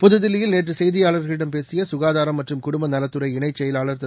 புதுதில்லியில் நேற்று செய்தியாளர்களிடம் பேசிய சுகாதாரம் மற்றும் குடும்ப நலத்துறை இணைச் செயலாள் திரு